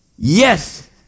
Yes